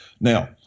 now